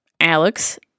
Alex